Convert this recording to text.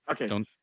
Okay